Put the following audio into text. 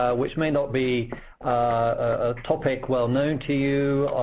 which may not be a topic well-known to you,